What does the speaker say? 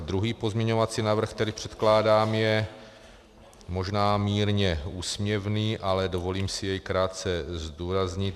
Druhý pozměňovací návrh, který předkládám, je možná mírně úsměvný, ale dovolím si jej krátce zdůraznit.